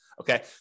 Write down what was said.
Okay